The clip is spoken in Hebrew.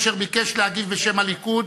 אשר ביקש להגיב בשם הליכוד,